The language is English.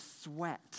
sweat